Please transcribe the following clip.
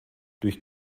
durch